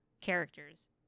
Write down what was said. characters